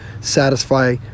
satisfy